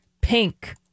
pink